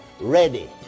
ready